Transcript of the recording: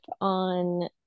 on